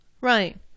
Right